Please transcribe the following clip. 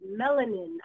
melanin